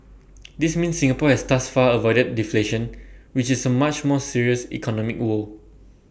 this means Singapore has thus far avoided deflation which is A much more serious economic woe